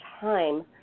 time